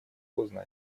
поздно